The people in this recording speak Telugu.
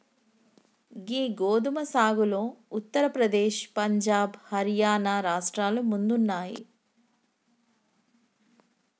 గీ గోదుమ సాగులో ఉత్తర ప్రదేశ్, పంజాబ్, హర్యానా రాష్ట్రాలు ముందున్నాయి